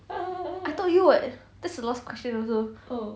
I told you [what] that's the last question also